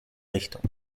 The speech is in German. richtung